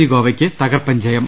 C ഗോവയ്ക്ക് തകർപ്പൻ ജയം